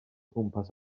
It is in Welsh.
gwmpas